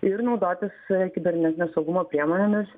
ir naudotis kibernetinio saugumo priemonėmis